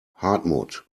hartmut